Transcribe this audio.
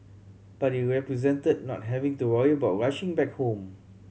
but it represented not having to worry about rushing back home